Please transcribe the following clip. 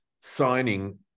signing